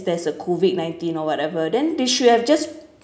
there's a COVID nineteen or whatever then they should have just